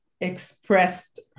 expressed